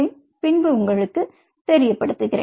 அதை பின்பு உங்களுக்குத் தெரியப்படுத்துகிறேன்